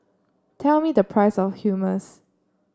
tell me the price of Hummus